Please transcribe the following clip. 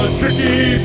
tricky